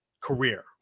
career